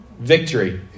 Victory